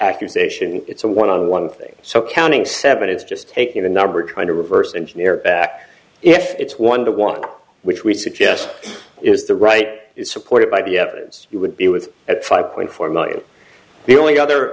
accusation it's a one on one thing so counting seven is just taking the number trying to reverse engineer back if it's one to one which we suggest is the right is supported by the evidence you would be with at five point four million the only other